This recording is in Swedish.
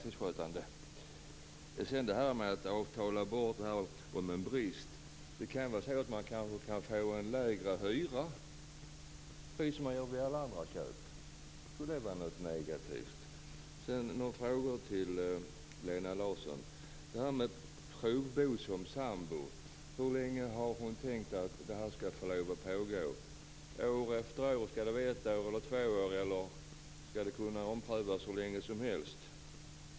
Lena Larsson nämnde vår reservation om att hyresvärdar skulle kunna avtala bort ansvaret för en brist. Men hyresgästen kanske därigenom kan få en lägre hyra, som vid alla andra köp. Skulle det vara något negativt? Jag har ytterligare några frågor till Lena Larsson. När det gäller möjligheten för sambor att provbo, hur länge har hon tänkt att det skall få pågå? Skall det vara ett år eller två år, eller skall det kunna omprövas hur länge som helst?